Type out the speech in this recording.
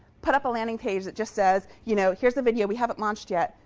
put up a landing page that just said, you know here's the video. we haven't launched yet,